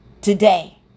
Today